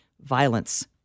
violence